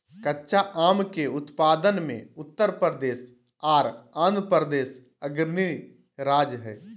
कच्चा आम के उत्पादन मे उत्तर प्रदेश आर आंध्रप्रदेश अग्रणी राज्य हय